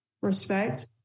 respect